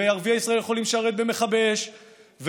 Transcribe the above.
וערביי ישראל יכולים לשרת במכבי אש ובבתי